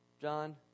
John